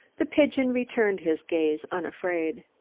the pigeon returned his gaze unafraid.